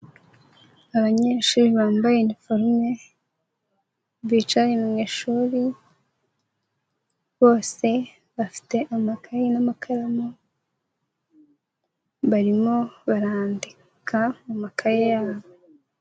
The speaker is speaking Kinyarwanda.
Abanyeshuri bambaye iniforume bicaye mu ishuri, bose bafite amakaye n'amakaramu barimo barandika mu makaye yabo.